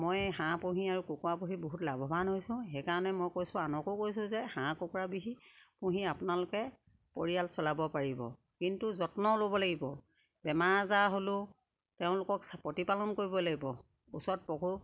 মই হাঁহ পুহি আৰু কুকুৰা পুহি বহুত লাভৱান হৈছোঁ সেইকাৰণে মই কৈছোঁ আনকো কৈছোঁ যে হাঁহ কুকুৰা পুহি পুহি আপোনালোকে পৰিয়াল চলাব পাৰিব কিন্তু যত্ন ল'ব লাগিব বেমাৰ আজাৰ হ'লেও তেওঁলোকক প্ৰতিপালন কৰিব লাগিব ওচৰত পশু